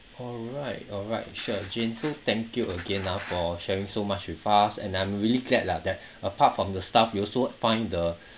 alright alright sure jane so thank you again ah for sharing so much with us and I'm really glad lah that apart from the staff you also find the